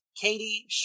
katie